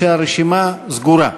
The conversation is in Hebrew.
שהרשימה סגורה.